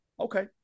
Okay